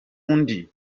undi